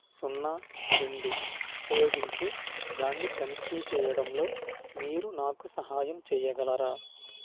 సున్నా రెండు ఉపయోగించి దాన్ని తనిఖీ చేయడంలో మీరు నాకు సహాయం చెయ్యగలరా